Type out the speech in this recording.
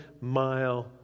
mile